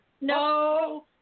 No